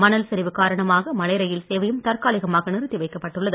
மணல் சரிவு காரணமாக மலை ரயில் சேவையும் தற்காலிகமாக நிறுத்திவைக்கப் பட்டுள்ளது